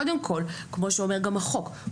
כמו שאומר גם החוק,